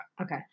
Okay